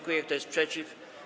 Kto jest przeciw?